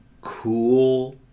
cool